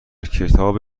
کتاب